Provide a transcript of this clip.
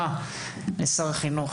איפה זה עומד ברוך הבא לשר במשרד החינוך,